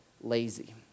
lazy